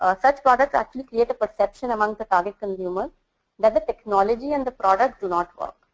ah such product actually clear the perception among the public consumers that the technology and the product do not work.